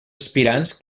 aspirants